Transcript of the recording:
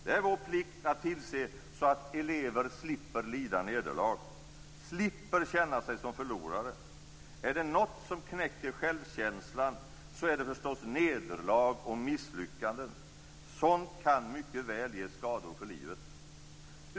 Det är vår plikt att tillse att elever slipper lida nederlag, slipper känna sig som förlorare. Är det något som knäcker självkänslan, så är det förstås nederlag och misslyckanden. Sådant kan mycket väl ge skador för livet.